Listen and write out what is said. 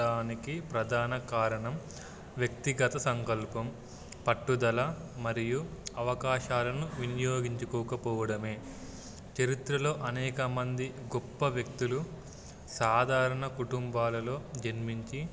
డానికి ప్రధాన కారణం వ్యక్తిగత సంకల్పం పట్టుదల మరియు అవకాశాలను వినియోగించుకోకపోవడమే చరిత్రలో అనేకమంది గొప్ప వ్యక్తులు సాధారణ కుటుంబాలలో జన్మించి